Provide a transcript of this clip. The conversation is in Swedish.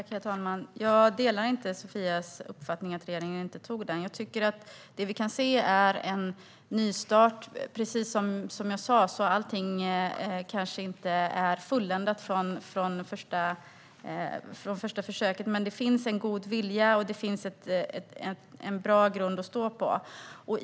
Herr talman! Jag delar inte Sofia Arkelstens uppfattning att regeringen inte tog möjligheten. Det vi kan se är en nystart. Som jag sa kanske inte allting är fulländat vid första försöket, men det finns en god vilja och en bra grund att stå på.